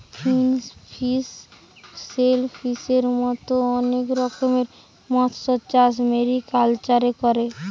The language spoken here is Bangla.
ফিনফিশ, শেলফিসের মত অনেক রকমের মৎস্যচাষ মেরিকালচারে করে